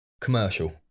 commercial